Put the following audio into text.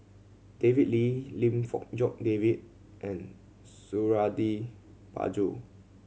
David Lee Lim Fong Jock David and Suradi Parjo